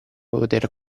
poter